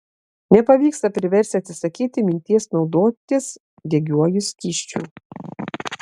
nepavyksta priversti atsisakyti minties naudotis degiuoju skysčiu